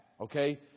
Okay